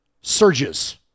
surges